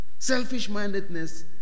Selfish-mindedness